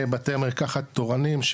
בתי מרקחת תורנים,